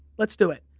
let's do it.